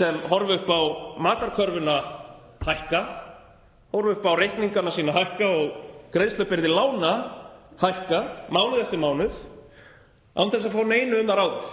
sem horfa upp á matarkörfuna hækka, horfa upp á reikningana sína hækka og greiðslubyrði lána hækka mánuð eftir mánuð án þess að fá neinu um það ráðið.